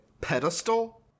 pedestal